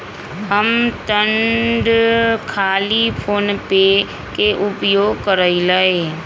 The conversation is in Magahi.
हम तऽ खाली फोनेपे के उपयोग करइले